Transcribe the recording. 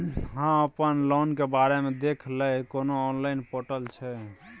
अपन लोन के बारे मे देखै लय कोनो ऑनलाइन र्पोटल छै?